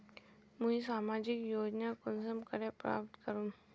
मुई सामाजिक योजना कुंसम करे प्राप्त करूम?